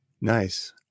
Nice